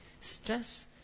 stress